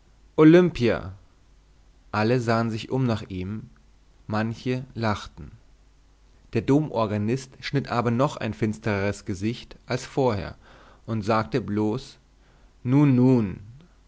olimpia alle sahen sich um nach ihm manche lachten der domorganist schnitt aber noch ein finstreres gesicht als vorher und sagte bloß nun nun